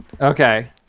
Okay